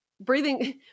Breathing